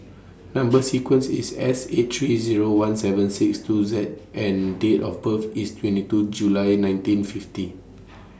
Number sequence IS S eight three Zero one seven six two Z and Date of birth IS twenty two July nineteen fifty